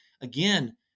again